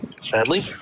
sadly